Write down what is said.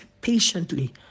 patiently